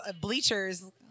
bleachers